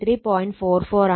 44o ആണ്